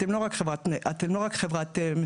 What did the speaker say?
אתם לא רק חברה משכנת,